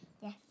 Yes